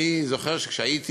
אני זוכר שכשהייתי